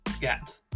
get